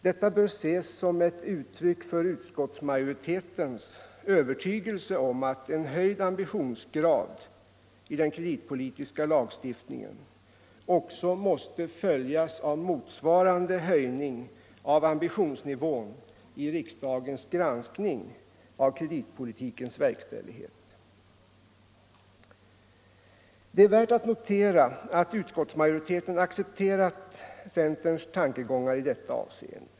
Detta bör ses som ett uttryck för utskottsmajoritetens övertygelse att en höjd ambitionsgrad i den kreditpolitiska lagstiftningen också måste följas av motsvarande höjning av ambitionsnivån i riksdagens granskning av kreditpolitikens verkställighet. Det är värt att notera att utskottsmajoriteten accepterat centerns tankegångar i detta avseende.